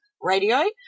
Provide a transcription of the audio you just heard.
radio